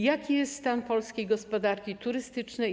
Jaki jest stan polskiej gospodarki turystycznej?